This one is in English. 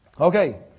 Okay